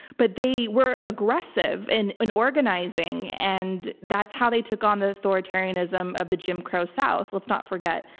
but they were aggressive in and organizing. and that's how they took on the authoritarianism of the jim crow south, let's not forget.